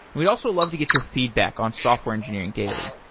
we'd also love to get your feedback on software engineering daily.